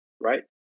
right